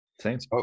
Thanks